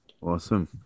Awesome